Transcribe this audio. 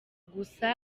gusa